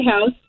House